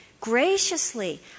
graciously